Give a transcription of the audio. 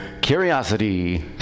Curiosity